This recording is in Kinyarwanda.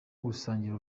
gusangira